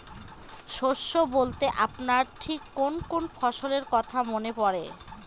শস্য বলতে আপনার ঠিক কোন কোন ফসলের কথা মনে পড়ে?